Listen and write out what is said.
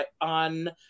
on